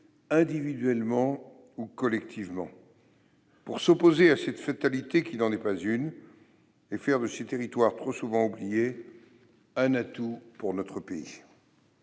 individuellement ou collectivement », pour s'opposer à cette « fatalité qui n'en est pas une » et faire de ces territoires trop souvent oubliés un atout pour notre pays.